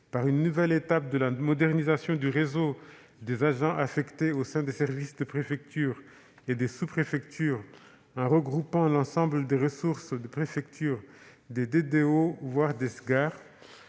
par une nouvelle étape de la modernisation du réseau des agents affectés au sein des services des préfectures et des sous-préfectures, en regroupant l'ensemble des ressources de préfectures, des DDI, voire des